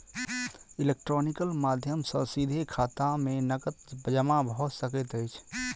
electronical माध्यम सॅ सीधे खाता में नकद जमा भ सकैत अछि